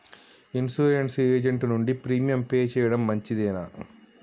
Insurance agent నుండి premium pay చేయడం మంచిదేనా?